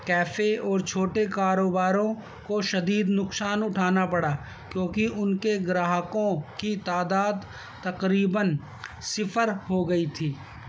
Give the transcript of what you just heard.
cafe اور چھوٹے کاروباروں کو شدید نقصان اٹھانا پڑا کیونکہ ان کے گراہکوں کی تعداد تقریباً صفر ہو گئی تھی